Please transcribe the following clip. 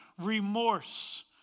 remorse